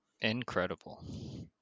Incredible